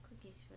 cookies